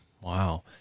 Wow